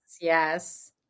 yes